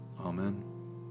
Amen